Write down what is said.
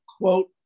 quote